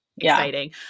exciting